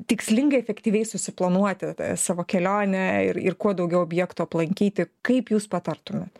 tikslingai efektyviai susiplanuoti savo kelionę ir ir kuo daugiau objektų aplankyti kaip jūs patartumėt